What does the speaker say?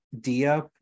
dia